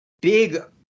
big